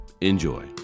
Enjoy